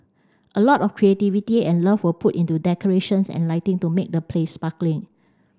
a lot of creativity and love were put into decorations and lighting to make the place sparkling